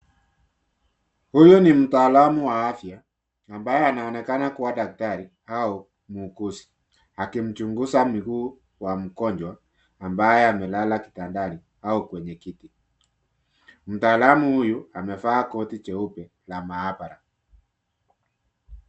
Huyu ni mtaalum wa afya ambaye anaonekana kuwa daktari au muuguzi akimchunguza miguu wa mgonjwa ambaye amelala kitandani au kwenye kiti. Mtaalamu huyu amevaa koti jeupe la maabara.